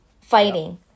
fighting